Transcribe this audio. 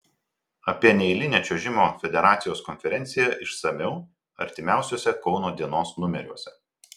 apie neeilinę čiuožimo federacijos konferenciją išsamiau artimiausiuose kauno dienos numeriuose